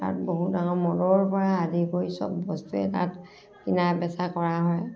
তাত বহুত ডাঙৰ মদৰ পৰা আদি কৰি চব বস্তুৱে তাত তাত কিনা বেচা কৰা হয়